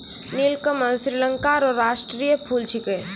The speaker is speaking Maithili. नीलकमल श्रीलंका रो राष्ट्रीय फूल छिकै